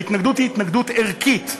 ההתנגדות היא התנגדות ערכית,